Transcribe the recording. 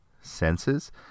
senses